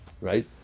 right